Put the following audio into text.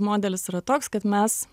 modelis yra toks kad mes